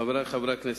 חברי חברי הכנסת,